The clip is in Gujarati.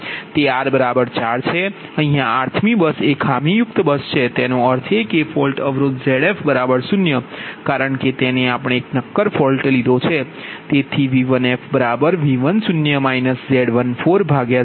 તે r 4 છે અહીયા rth મી બસ એ ખામીયુક્ત બસ છે તેનો અર્થ એ કે ફોલ્ટ અવરોધ Zf0 કારણ કે તેને આપણે એક નક્કર ફોલ્ટ લીધો છે